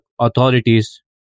authorities